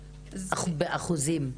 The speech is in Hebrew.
באחוזים?